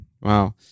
Wow